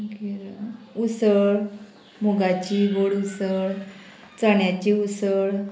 मागीर उसळ मुगाची गोड उसळ चण्या ची उसळ